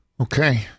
Okay